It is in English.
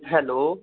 hello